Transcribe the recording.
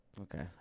Okay